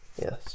Yes